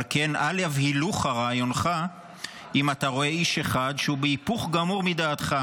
על כן אל יבהילוך רעיוניך אם אתה רואה איש אחד שהוא בהיפוך גמור מדעתך,